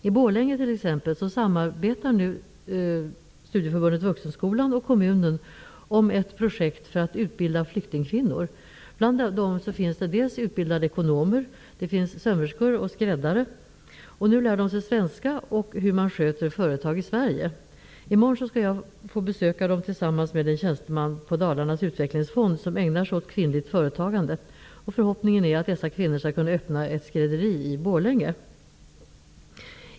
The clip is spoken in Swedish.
I Borlänge, t.ex., samarbetar Studieförbundet vuxenskolan med kommunen om ett projekt för att utbilda flyktingkvinnor. Bland flyktingkvinnorna finns utbildade ekonomer, sömmerskor och skräddare. Nu lär de sig svenska och hur man sköter företag i Sverige. I morgon skall jag besöka dem tillsammans med den tjänsteman på Dalarnas utvecklingsfond som ägnar sig åt kvinnligt företagande. Förhoppningen är att dessa kvinnor skall kunna öppna ett skrädderi i Borlänge.